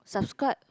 subscribe